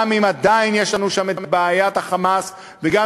גם אם עדיין יש לנו שם את בעיית ה"חמאס" וגם